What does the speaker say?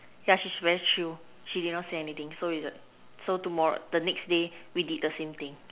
yeah she's very chill she did not say anything so we just so tomorrow the next day we did the same thing